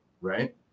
right